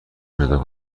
پیدا